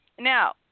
Now